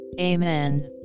Amen